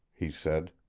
he said.